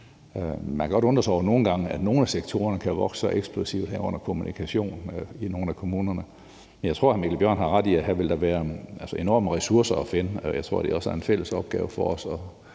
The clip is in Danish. gange undre sig over, at nogle af sektorerne kan vokse så eksplosivt, herunder kommunikation i nogle af kommunerne. Men jeg tror, at hr. Mikkel Bjørn har ret i, at der her vil være enorme ressourcer at finde. Jeg tror, at det også er den fælles opgave for os